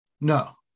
No